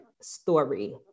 story